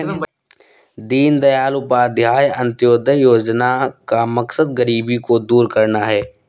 दीनदयाल उपाध्याय अंत्योदय योजना का मकसद गरीबी को दूर करना है